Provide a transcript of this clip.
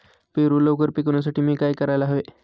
पेरू लवकर पिकवण्यासाठी मी काय करायला हवे?